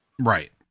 Right